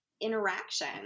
interaction